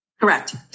Correct